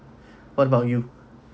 what about you